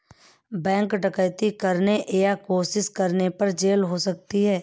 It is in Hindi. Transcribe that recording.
बैंक डकैती करने या कोशिश करने पर जेल हो सकती है